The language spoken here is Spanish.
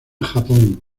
japón